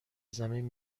زمین